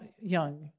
young